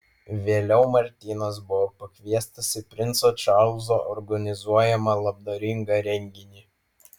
vėliau martynas buvo pakviestas į princo čarlzo organizuojamą labdaringą renginį